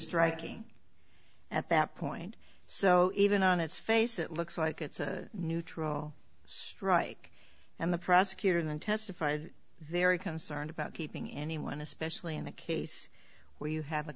striking at that point so even on its face it looks like it's a neutral strike and the prosecutor then testified they are concerned about keeping anyone especially in the case where you have a